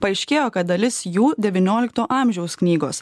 paaiškėjo kad dalis jų devyniolikto amžiaus knygos